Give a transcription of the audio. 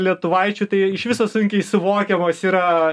lietuvaičiui tai iš viso sunkiai suvokiamos yra